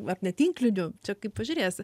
ar ne tinkliniu čia kaip pažiūrėsi